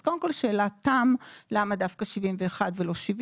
אז קודם כל שאלת תם, למה דווקא 71 ולא 70?